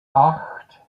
acht